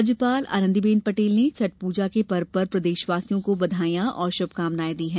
राज्यपाल आनंदीबेन पटेल ने छठ पूजा पर्व पर प्रदेशवासियों को बधाई और शुभकामनाएं दी हैं